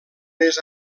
més